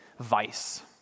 vice